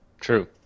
True